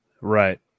Right